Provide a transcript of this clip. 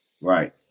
Right